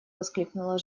воскликнула